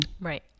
Right